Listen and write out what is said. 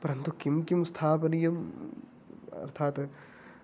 परन्तु किं किं स्थापनीयम् अर्थात्